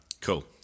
Cool